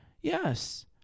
Yes